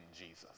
Jesus